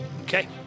Okay